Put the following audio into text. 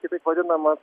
kitaip vadinamas